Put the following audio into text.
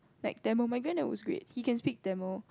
like Tamil my granddad was great he can speak Tamil